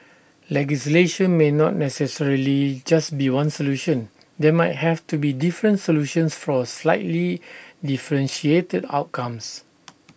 legislation may not necessarily just be one solution there might have to be different solutions for slightly differentiated outcomes